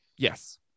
yes